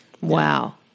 wow